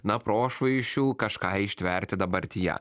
na prošvaisčių kažką ištverti dabartyje